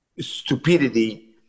stupidity